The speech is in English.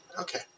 Okay